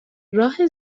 راه